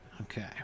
Okay